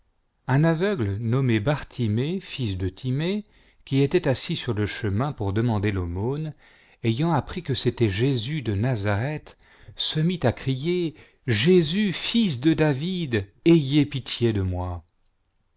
un aveugle nommé bartimée fils de timée qui était assis sur le chemin pour demander l'aumône ayant appris que c'était jésus de nazareth se mit à chap lo ii selon s marc crier jésus fils de david ayez pitié de moi